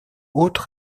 hautes